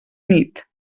nit